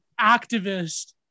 activist